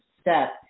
step